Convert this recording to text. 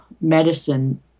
medicine